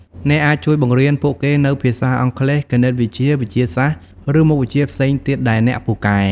អ្នកអាចជួយបង្រៀនពួកគេនូវភាសាអង់គ្លេស គណិតវិទ្យា វិទ្យាសាស្ត្រ ឬមុខវិជ្ជាផ្សេងទៀតដែលអ្នកពូកែ។